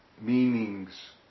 meanings